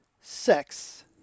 sex